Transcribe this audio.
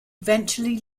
eventually